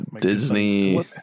Disney